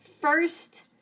first